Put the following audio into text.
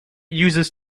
uses